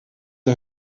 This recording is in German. der